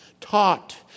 taught